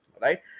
right